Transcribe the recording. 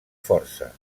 força